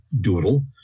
doodle